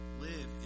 live